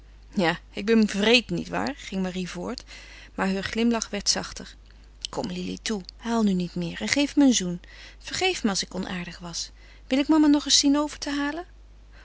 ja ik ben wreed nietwaar ging marie voort maar heur glimlach werd zachter kom lili toe huil nu niet meer en geef me een zoen vergeef me als ik onaardig was wil ik mama nog eens zien over te halen